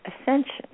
ascension